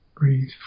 breathe